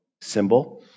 symbol